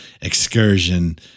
excursion